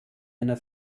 einer